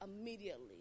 immediately